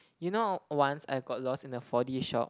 you know once I got lost in a four D shop